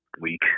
week